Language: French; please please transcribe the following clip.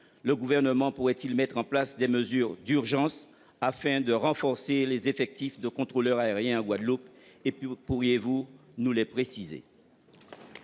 le Gouvernement pourrait-il mettre en place des mesures d'urgence, afin de renforcer les effectifs de contrôleurs aériens en Guadeloupe ? Pourriez-vous nous donner